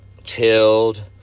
chilled